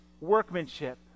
workmanship